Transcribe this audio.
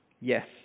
Yes